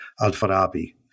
Al-Farabi